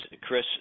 chris